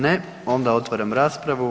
Ne, onda otvaram raspravu.